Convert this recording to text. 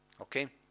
Okay